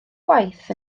gwaith